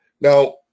Now